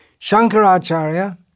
Shankaracharya